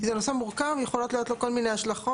זה נושא מורכב, יכולות להיות פה כל מיני השלכות.